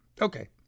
Okay